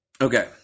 Okay